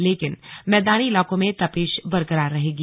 लेकिन मैदानी इलाकों में तपिश बरकरार रहेगी